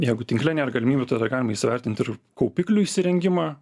jeigu tinkle nėra galimybių tada galima įsivertint ir kaupiklių įsirengimą